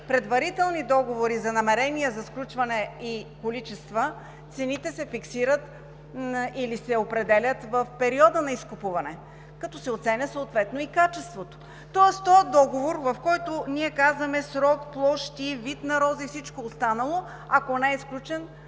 предварителни договори за намерение за сключване и количества, цените се фиксират или се определят в периода на изкупуване, като се оценява съответно и качеството. Тоест този договор, в който ние казваме срок, площи, вид на рози и всичко останало, ако не е сключен,